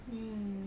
mm